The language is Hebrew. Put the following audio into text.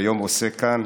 והיום עושה כאן,